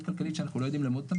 כלכלית שאנחנו לא יודעים לאמוד אותה.